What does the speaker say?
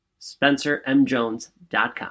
spencermjones.com